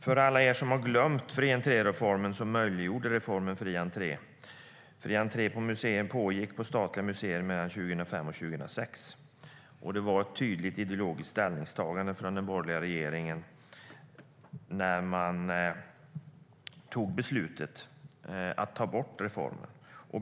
För alla er som har glömt reformen med fri entré kan jag nämna att fri entré på statliga museer pågick mellan 2005 och 2006, och det var ett tydligt ideologiskt ställningstagande från den borgerliga regeringen när man tog beslutet att ta bort reformen.